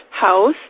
house